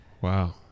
Wow